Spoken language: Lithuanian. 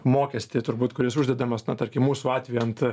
mokestį turbūt kuris uždedamas na tarkim mūsų atveju ant